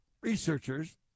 researchers